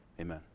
amen